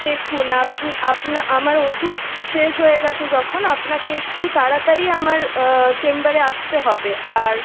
দেখুন আপ আপনা আমার ওষুধ শেষ হয়ে গেছে যখন আপনাকে একটু তাড়াতাড়ি আমার চেম্বারে আসতে হবে আর